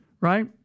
right